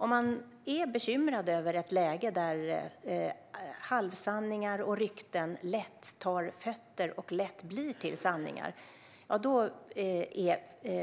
Om man är bekymrad över ett läge där halvsanningar och rykten lätt får fötter och lätt blir till sanningar är